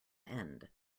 end